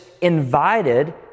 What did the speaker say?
invited